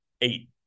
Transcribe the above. eight